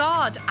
God